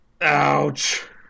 Ouch